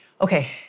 Okay